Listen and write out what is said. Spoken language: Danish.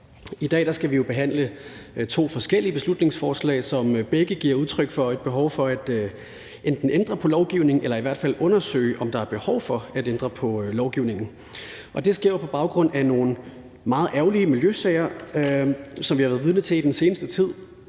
I dag skal vi jo behandle to forskellige beslutningsforslag, som begge giver udtryk for et behov for at enten ændre på lovgivning eller i hvert fald undersøge, om der er behov for at ændre på lovgivningen. Det sker jo på baggrund af nogle meget ærgerlige miljøsager, som vi har været vidne til i den seneste tid.